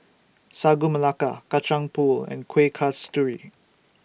Sagu Melaka Kacang Pool and Kueh Kasturi